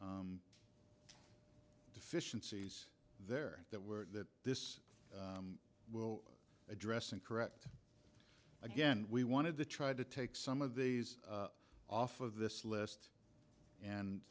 deficiencies there that were that this will address and correct again we wanted to try to take some of these off of this list and